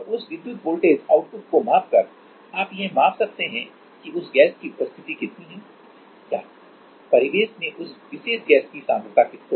और उस विद्युत वोल्टेज आउटपुट को मापकर आप यह माप सकते हैं कि उस गैस की उपस्थिति कितनी है या परिवेश में उस विशेष गैस की सांद्रता कितनी है